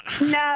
No